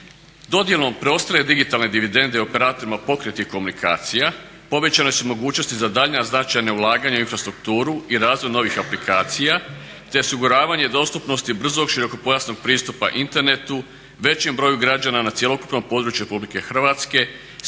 dodjelom preostale digitalne dividende operatorima pokretnih komunikacija povećane su mogućnosti za daljnja značajna ulaganja u infrastrukturu i razvoj novih aplikacija te osiguravanje dostupnosti brzog širokopojasnog pristupa internetu većem broju građana na cjelokupnom području RH s